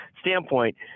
standpoint